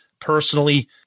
personally